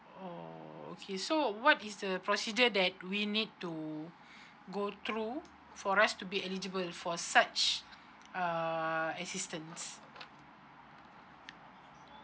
oh okay so what is the procedure that we need to go through for us to be eligible for such uh assisatance